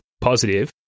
positive